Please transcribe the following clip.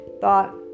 thought